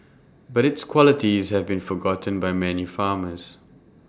but its qualities have been forgotten by many farmers